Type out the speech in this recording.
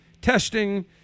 testing